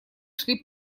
шли